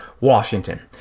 Washington